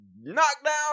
knockdown